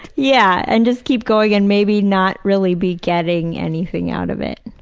yeah and just keep going and maybe not really be getting anything out of it.